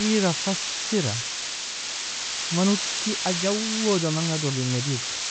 Bira fasira, man uoti ajwoda manga dulir nabizk.